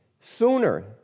sooner